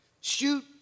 shoot